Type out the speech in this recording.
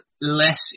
less